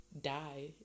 die